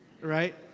right